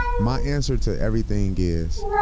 my answer to everything is,